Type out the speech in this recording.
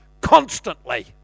constantly